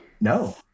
No